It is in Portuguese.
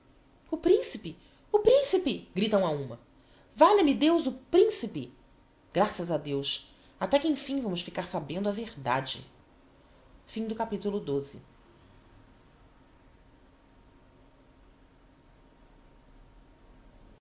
o principe o principe gritam á uma valha-me deus o principe graças a deus até que emfim vamos ficar sabendo a verdade